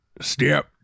Step